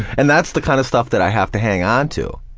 and that's the kind of stuff that i have to hang on to,